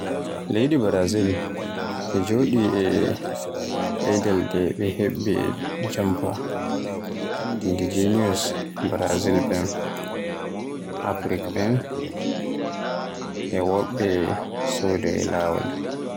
Leydi Brazil on jooɗii e mbelɗe ɓen heɓɓi e jamfa. ɓeen mbelɗe on, hooreeɓe ndiyam (Indigenous), Potugal ɓen, Afrik ɓen e wobɓe soodaa e laawol.